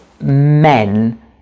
men